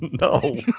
No